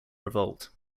revolt